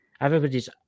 Everybody's